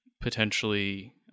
potentially